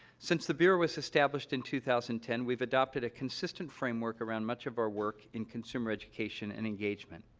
since the bureau was established in two thousand and ten, we've adopted a consistent framework around much of our work in consumer education and engagement.